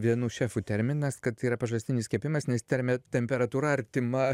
vienų šefų terminas kad yra pažastinis kepimas nes termi temperatūra artima